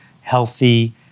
healthy